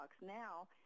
now